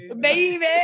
Baby